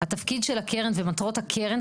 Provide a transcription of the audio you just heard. התפקיד של הקרן ומטרות הקרן,